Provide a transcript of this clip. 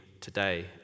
today